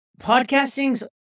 podcasting's